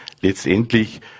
Letztendlich